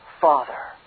Father